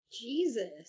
Jesus